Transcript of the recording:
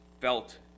felt